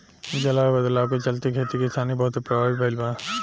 जलवायु बदलाव के चलते, खेती किसानी बहुते प्रभावित भईल बा